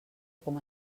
com